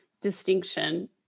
distinction